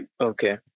Okay